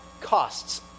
costs